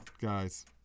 guys